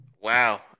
Wow